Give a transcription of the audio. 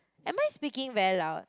am I speaking very loud